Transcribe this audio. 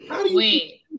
Wait